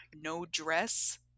no-dress